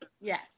Yes